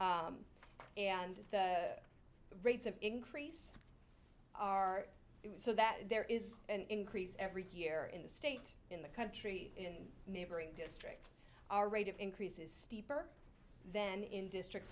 and the rates of increase are so that there is an increase every year in the state in the country in neighboring districts our rate of increase is steeper then in district